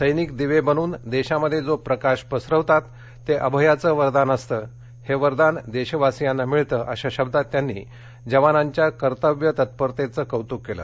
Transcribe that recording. सैनिक दिवे बनून देशामध्ये जो प्रकाश पसरवतात ते अभयाचं वरदान असतं हे वरदान देशवासियांना मिळतं अशा शब्दांत त्यांनी जवानांच्या कर्त्तव्यतत्परतेचं कौतुक केलं